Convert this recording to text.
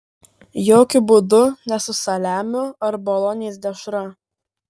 jokiu būdu ne su saliamiu ar bolonės dešra